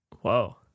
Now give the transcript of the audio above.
Whoa